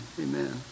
amen